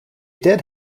did